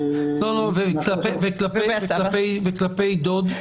וכלפי דוד,